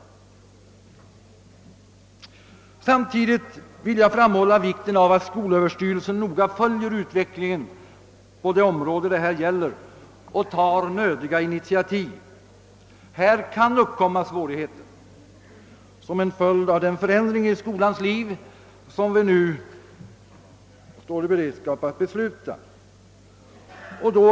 Samtidigt vill jag framhålla vikten av att skolöverstyrelsen noga följer utvecklingen på det område det här gäl ler och tar nödiga initiativ. Svårigheter kan uppkomma som en följd av den förändring i skolans liv som vi nu står i beredskap att besluta om.